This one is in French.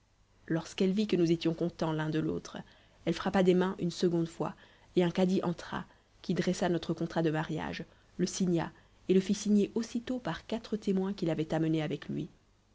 lorsqu'elle vit que nous étions contents l'un de l'autre elle frappa des mains une seconde fois et un cadi entra qui dressa notre contrat de mariage le signa et le fit signer aussi par quatre témoins qu'il avait amenés avec lui